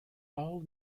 all